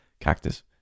cactus